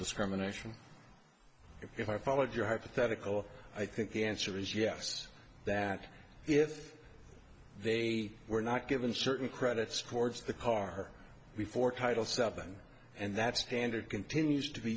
discrimination if i followed your hypothetical i think the answer is yes that if they were not given certain credit scores the car before title seven and that standard continues to be